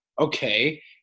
Okay